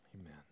Amen